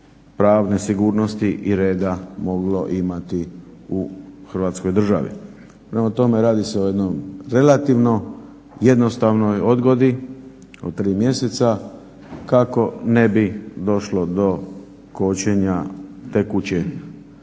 pravde, sigurnosti i reda moglo imati u Hrvatskoj državi. Prema tome, radi se o jednoj relativno jednostavnoj odgodi o 3 mjeseca kako ne bi došlo do kočenja tekuće